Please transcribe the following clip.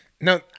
No